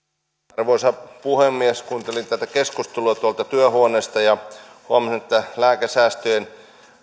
arvoisa puhemies kuuntelin tätä keskustelua tuolta työhuoneesta ja kun huomasin että lääkesäästöjen